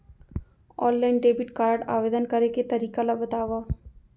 Online debit card आवेदन करे के तरीका ल बतावव?